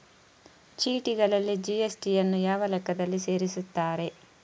ಚೀಟಿಗಳಲ್ಲಿ ಜಿ.ಎಸ್.ಟಿ ಯನ್ನು ಯಾವ ಲೆಕ್ಕದಲ್ಲಿ ಸೇರಿಸುತ್ತಾರೆ?